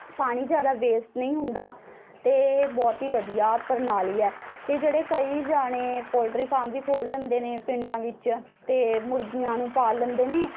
ਪਾਣੀ ਜ਼ਿਆਦਾ ਵੇਸਟ ਨਹੀਂ ਹੁੰਦਾ ਅਤੇ ਬਹੁਤ ਹੀ ਵਧੀਆ ਪ੍ਰਣਾਲੀ ਹੈ ਅਤੇ ਜਿਹੜੇ ਕਈ ਜਾਣੇ ਪੋਲਟਰੀ ਫਾਰਮ ਵੀ ਖੋਲ੍ਹ ਲੈਂਦੇ ਨੇ ਪਿੰਡਾਂ ਵਿੱਚ ਅਤੇ ਮੁਰਗੀਆਂ ਨੂੰ ਪਾਲ ਲੈਂਦੇ ਨੇ